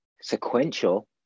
sequential